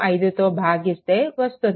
25 తో భాగిస్తే వస్తుంది